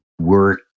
work